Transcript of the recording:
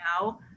now